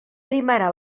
primarà